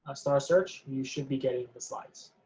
ah starr search, you should be getting the slides.